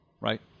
Right